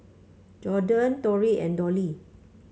Jordyn Torrey and Dollie